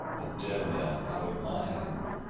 a dead man out of mind.